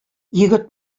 егет